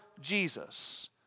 Jesus